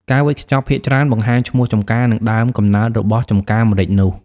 ការវេចខ្ចប់ភាគច្រើនបង្ហាញឈ្មោះចម្ការ និងដើមកំណើតរបស់ចម្ការម្រេចនោះ។